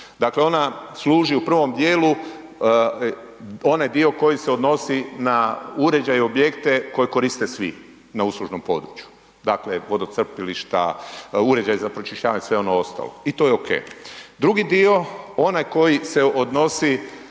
Dakle ona služi u prvom dijelu onaj dio koji se odnosi na uređaj i objekte koje koriste svi na uslužnom području. Dakle vodocrpilišta, uređaji za pročišćavanje i sve ono ostalo i toj e OK. Drugi dio, onaj koji se odnosi